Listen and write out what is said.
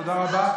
תודה רבה.